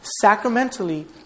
sacramentally